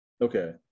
Okay